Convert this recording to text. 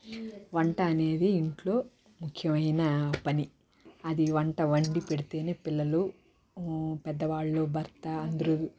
వంట అనేది ఇంట్లో ముఖ్యమైన పని అది వంట వండి పెడితేనే పిల్లలు పెద్దవాళ్లు భర్త అందరు